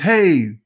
Hey